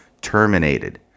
terminated